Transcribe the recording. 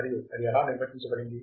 మరియు అది ఎలా నిర్వచించబడింది